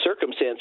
circumstance